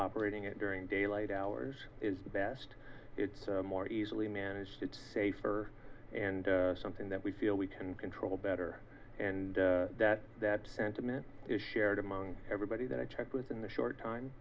operating it during daylight hours is the best it's more easily managed it's safer and something that we feel we can control better and that that sentiment is shared among everybody that i checked with in the short time